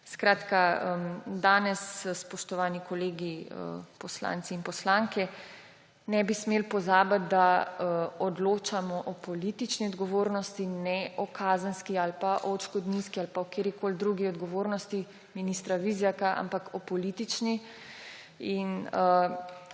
vodah. Danes, spoštovani kolegi poslanci in poslanke, ne bi smeli pozabiti, da odločamo o politični odgovornosti. Ne o kazenski ali pa o odškodninski ali pa o katerikoli drugi odgovornosti ministra Vizjaka, ampak o politični. Tudi